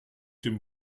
dem